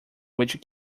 which